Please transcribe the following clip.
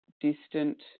distant